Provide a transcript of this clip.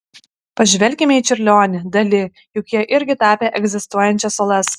pažvelkime į čiurlionį dali juk jie irgi tapė egzistuojančias uolas